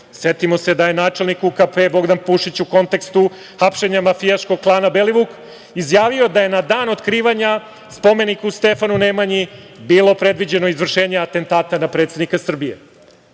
Setimo se da je načelnik UKP Bogdan Pušić u kontekstu hapšenja mafijaškog klana Belivuk izjavio da je na dan otkrivanja spomeniku Stefanu Nemanji bilo predviđeno izvršenje atentata na predsednika Srbije. Posle